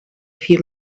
few